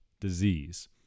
disease